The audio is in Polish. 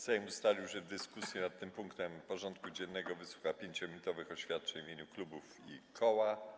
Sejm ustalił, że w dyskusji nad tym punktem porządku dziennego wysłucha 5-minutowych oświadczeń w imieniu klubów i koła.